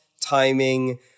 timing